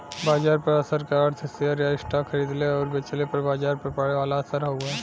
बाजार पर असर क अर्थ शेयर या स्टॉक खरीदले आउर बेचले पर बाजार पर पड़े वाला असर हउवे